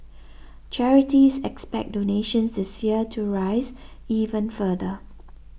charities expect donations this year to rise even further